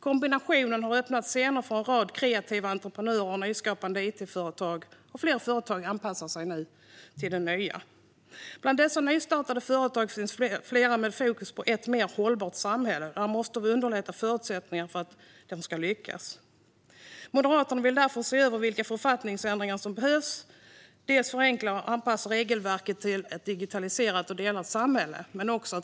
Kombinationen har öppnat scenen för en rad kreativa entreprenörer och nyskapande it-företag, och fler företag anpassar sig nu till det nya. Bland dessa nystartade företag finns flera med fokus på ett mer hållbart samhälle, och där måste vi underlätta förutsättningarna för att de ska lyckas. Moderaterna vill därför se över vilka författningsändringar som behövs, såsom att förenkla och anpassa regelverken till ett digitaliserat och delande samhälle.